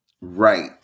Right